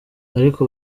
ariko